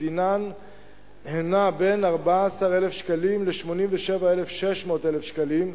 שדינה נע בין 14,000 שקלים ל-87,600 שקלים.